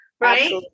right